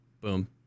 Boom